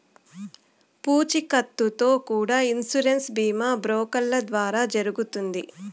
పూచీకత్తుతో కూడా ఇన్సూరెన్స్ బీమా బ్రోకర్ల ద్వారా జరుగుతుంది